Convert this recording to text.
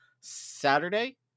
Saturday